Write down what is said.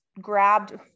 grabbed